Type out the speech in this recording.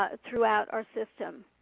ah throughout our system.